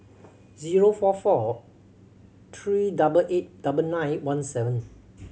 zero four four three double eight double nine one seven